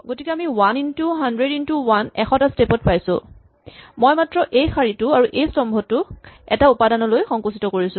গতিকে আমি one into hundred into one এশটা স্টেপ ত পাইছো মই মাত্ৰ এই শাৰীটো আৰু এই স্তম্ভটোক এটা উপাদানলৈ সংকুচিত কৰিছো